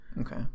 Okay